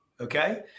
Okay